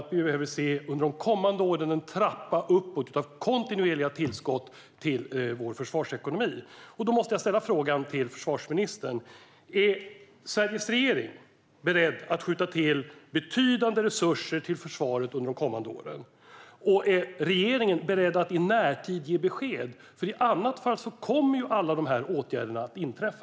Därför behöver vi under de kommande åren se en trappa uppåt av kontinuerliga tillskott till vår försvarsekonomi. Är Sveriges regering beredd att skjuta till betydande resurser till försvaret under de kommande åren? Är regeringen beredd att i närtid ge besked? I annat fall kommer allt detta att inträffa.